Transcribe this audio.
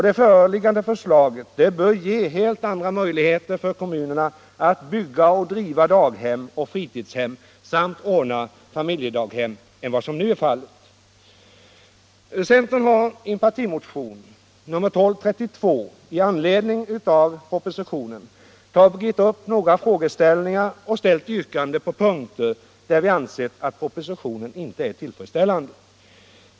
Det föreliggande förslaget bör ge helt andra möjligheter för kommunerna att bygga och driva daghem och fritidshem samt ordna familjedaghem än vad som nu är fallet. Centern har i en partimotion, nr 1232. i anledning av propositionen tagit upp några frågeställningar och ställt yrkanden på punkter där vi ansett att propositionen inte är tillfredsställande.